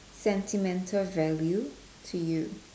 sentimental value to you